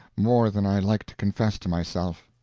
more than i like to confess to myself.